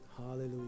Hallelujah